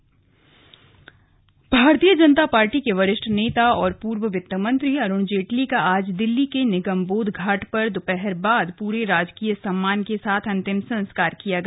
अरुण जेटली अंतिम संस्कार भारतीय जनता पार्टी के वरिष्ठ नेता और पूर्व वित्त मंत्री अरूण जेटली का आज दिल्ली के निगम बोध घाट पर दोपहर बाद पूरे राजकीय सम्मादन के साथ अंतिम संस्कार किया गया